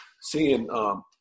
seeing –